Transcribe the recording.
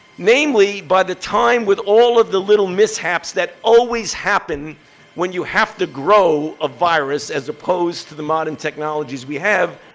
namely, by the time with all of the little mishaps that always happen when you have to grow a virus as opposed to the modern technologies we have,